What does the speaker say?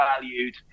valued